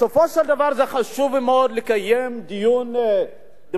בסופו של דבר זה חשוב מאוד לקיים דיון דמוקרטי,